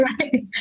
Right